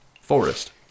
forest